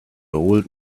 old